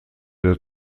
der